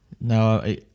No